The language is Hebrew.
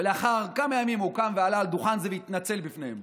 ולאחר כמה ימים הוא קם ועלה על הדוכן הזה והתנצל בפניהם.